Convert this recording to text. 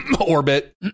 Orbit